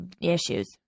issues